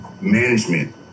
management